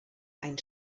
ein